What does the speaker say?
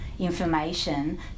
information